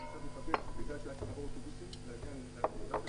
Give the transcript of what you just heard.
עכשיו בגלל שהוא צריך לעבור אוטובוסים כדי להגיע ליעד שלו,